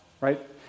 right